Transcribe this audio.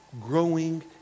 growing